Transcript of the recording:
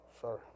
sorry